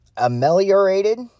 ameliorated